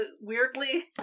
weirdly